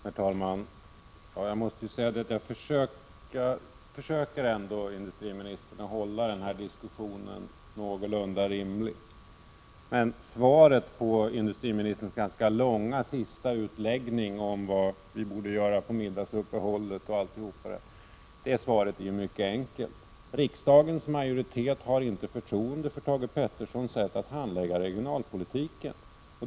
Herr talman! Jag måste säga att jag försöker ändå att hålla den här diskussionen någorlunda rimlig. Svaret på industriministerns ganska långa utläggning om vad vi borde göra på middagsuppehållet och alltihop det där är mycket enkelt. Riksdagens majoritet har inte förtroende för Thage Petersons sätt att handlägga regionalpolitiken.